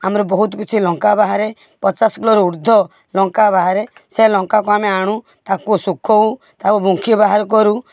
ଆମର ବହୁତ କିଛି ଲଙ୍କା ବାହାରେ ପଚାଶ କିଲୋରୁ ଉର୍ଦ୍ଧ୍ୱ ଲଙ୍କା ବାହାରେ ସେ ଲଙ୍କାକୁ ଆମେ ଆଣୁ ତାକୁ ଶୁଖାଉ ତା ବୁନଖି ବାହାର କରୁ